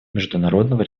международного